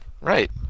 Right